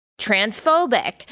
transphobic